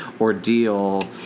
ordeal